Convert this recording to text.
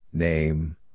Name